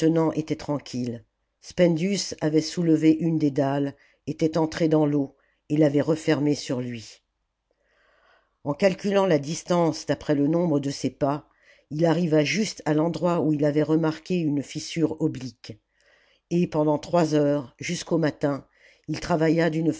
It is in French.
était tranquille spendius avait soulevé une des dalles était entré dans l'eau et l'avait refermée sur lui en calculant la distance d'après le nombre de ses pas il arriva juste à l'endroit oiî il avait remarqué une fissure oblique et pendant trois heures jusqu'au matin il travailla d'une